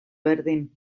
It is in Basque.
berdin